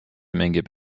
mängib